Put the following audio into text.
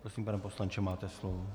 Prosím, pane poslanče, máte slovo.